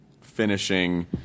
finishing